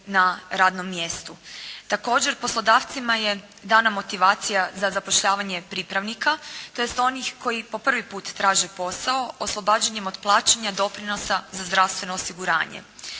na radnom mjestu. Također, poslodavcima je dana motivacija za zapošljavanje pripravnika, tj. onih koji po prvi put traže posao, oslobađanjem od plaćanja doprinosa za zdravstveno osiguranje.